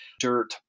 dirt